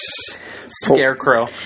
Scarecrow